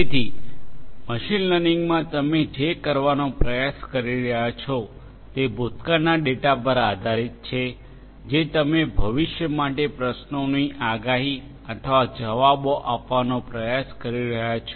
તેથી મશીન લર્નિંગમાં તમે જે કરવાનો પ્રયાસ કરી રહ્યાં છો તે ભૂતકાળના ડેટા પર આધારિત છે જે તમે ભવિષ્ય માટે પ્રશ્નોની આગાહી અથવા જવાબો આપવાનો પ્રયાસ કરી રહ્યાં છો